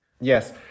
Yes